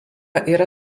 yra